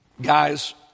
guys